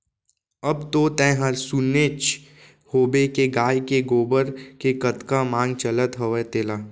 अब तो तैंहर सुनेच होबे के गाय के गोबर के कतका मांग चलत हवय तेला